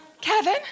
Kevin